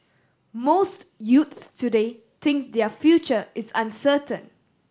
most youths today think their future is uncertain